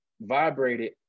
vibrated